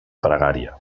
pregària